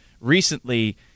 recently